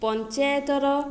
ପଞ୍ଚାୟତର